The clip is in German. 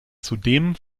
zudem